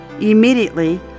Immediately